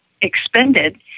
expended